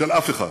של אף אחד.